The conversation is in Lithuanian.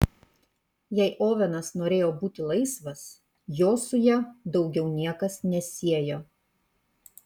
jei ovenas norėjo būti laisvas jo su ja daugiau niekas nesiejo